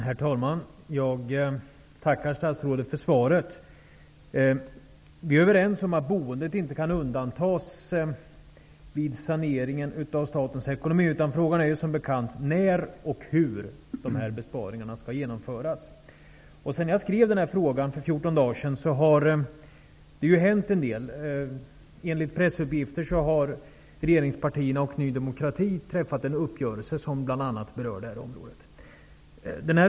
Herr talman! Jag tackar statsrådet för svaret. Vi är överens om att boendet inte kan undantas vid saneringen av statens ekonomi. Frågan är i stället, som bekant, när och hur de här besparingarna skall genomföras. Sedan jag för 14 dagar sedan skrev min fråga har det hänt en del. Enligt pressuppgifter har regeringspartierna och Ny demokrati träffat en uppgörelse som bl.a. berör det här området.